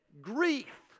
grief